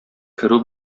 керү